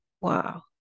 Wow